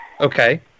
Okay